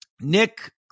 Nick